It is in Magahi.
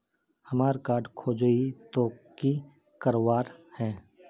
हमार कार्ड खोजेई तो की करवार है?